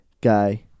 guy